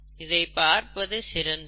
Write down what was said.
இதைப் பார்ப்பது சிறந்தது